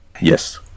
Yes